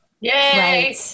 yay